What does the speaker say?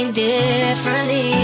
differently